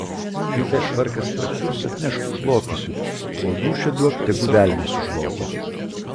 kai tas švarkas prakiurs atnešk užlopysiu o dūšią duok tegul velnias užlopo